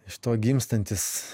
iš to gimstantis